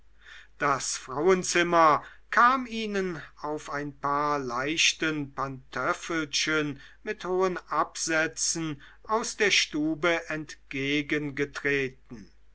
das frauenzimmer kam ihnen auf einem paar leichten pantöffelchen mit hohen absätzen aus der stube entgegengetreten